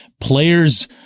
Players